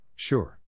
Sure